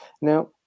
Now